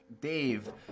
dave